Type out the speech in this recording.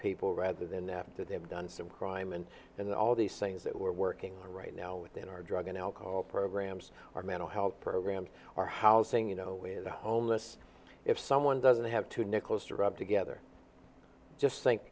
people rather than that that they've done some crime and all these things that we're working on right now within our drug and alcohol programs or mental health programs or housing you know with the homeless if someone doesn't have to nickels to rub together just